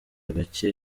gake